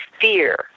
fear